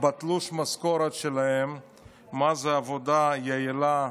בתלוש המשכורת שלהם מהי עבודה יעילה,